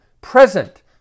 present